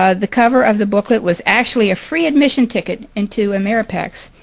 ah the cover of the booklet was actually a free admission ticket into ameripex.